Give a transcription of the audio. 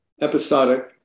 episodic